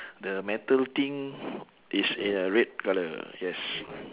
the metal thing is in a red colour yes